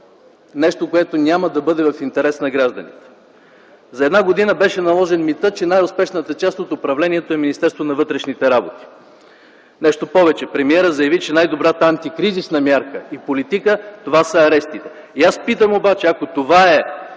нещо, което няма да бъде в интерес на гражданите. За една година беше наложен митът, че най-успешната част от управлението е Министерството на вътрешните работи. Нещо повече – премиерът заяви, че най-добрата антикризисна мярка и политика са арестите. Аз питам обаче, ако това е